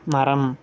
மரம்